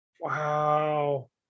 wow